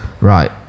Right